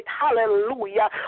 hallelujah